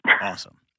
Awesome